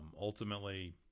ultimately